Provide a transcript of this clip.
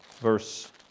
verse